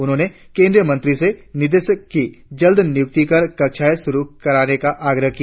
उन्होंने केंद्रीय मंत्री से निदेशक की जल्द नियुक्ति कर कक्षाए शुरु कराने का आग्रह किया